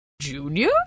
Junior